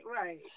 right